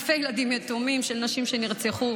אלפי ילדים יתומים של נשים שנרצחו,